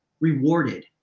rewarded